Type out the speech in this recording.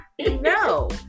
No